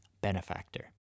benefactor